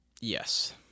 Yes